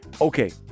Okay